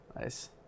nice